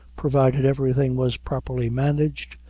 provided everything was properly managed,